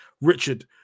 Richard